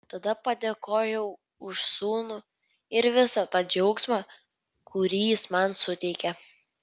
tada padėkojau už sūnų ir visą tą džiaugsmą kurį jis man suteikia